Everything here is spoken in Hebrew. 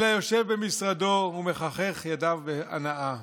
אלא יושב במשרדו ומחכך ידיו בהנאה.